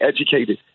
educated